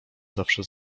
zawsze